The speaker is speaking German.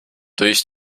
durch